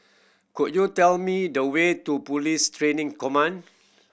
could you tell me the way to Police Training Command